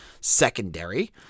secondary